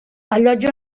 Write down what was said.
allotja